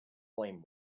flame